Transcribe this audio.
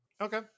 Okay